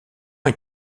est